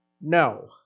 no